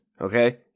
Okay